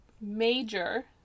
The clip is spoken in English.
Major